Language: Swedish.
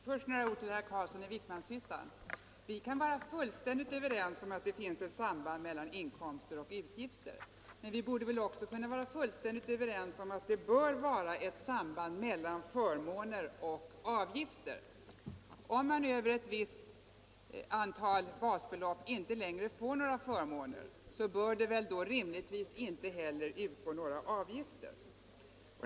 Fru talman! Först några ord till herr Carlsson i Vikmanshyttan. Vi kan vara fullt överens om att det finns ett samband mellan inkomster och utgifter. Men vi borde väl också kunna vara fullständigt överens om att det bör vara ett samband mellan förmåner och avgifter. Om man över ett visst basbelopp inte längre får några förmåner, så bör det rimligtvis inte heller tas ut några avgifter.